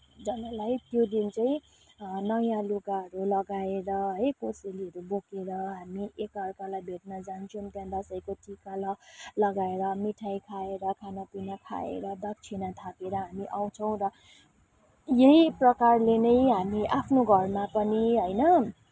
जनालाई त्यो दिन चाहिँ नयाँ लुगाहरू लगाएर है कोसेलीहरू बोकेर हामी एकअर्कालाई भेट्न जान्छौँ त्यहाँ दसैँको टिका ल लगाएर मिठाई खाएर खानापिना खाएर दक्षिणा थापेर हामी आउँछौँ र यही प्रकारले नै हामी आफ्नो घरमा पनि होइन